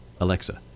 Alexa